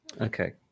Okay